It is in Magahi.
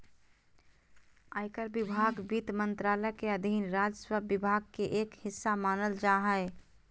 आयकर विभाग वित्त मंत्रालय के अधीन राजस्व विभाग के एक हिस्सा मानल जा हय